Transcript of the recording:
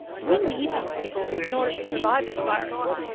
we need these people in order to survive this virus.